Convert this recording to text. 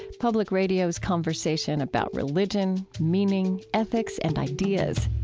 public radio's conversation about religion, meaning, ethics, and ideas.